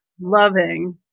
loving